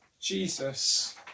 Jesus